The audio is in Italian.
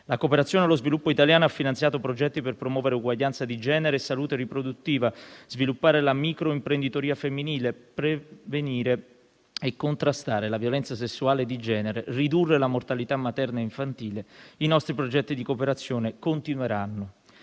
la cooperazione allo sviluppo ha finanziato progetti per promuovere uguaglianza di genere e salute riproduttiva, sviluppare la micro-imprenditoria femminile, prevenire e contrastare la violenza sessuale e di genere, ridurre la mortalità materna e infantile. I nostri progetti di cooperazione continueranno.